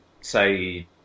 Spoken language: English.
say